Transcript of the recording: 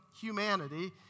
humanity